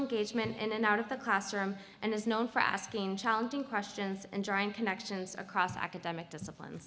engagement in and out of the classroom and is known for asking challenging questions and drawing connections across academic discipline